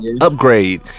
upgrade